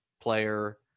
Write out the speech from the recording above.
player